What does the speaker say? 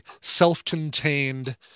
self-contained